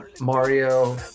Mario